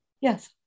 Yes